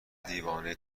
دیوانه